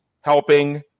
helping